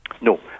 No